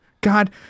God